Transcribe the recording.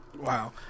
Wow